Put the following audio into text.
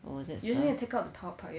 or was it signed